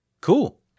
Cool